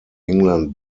england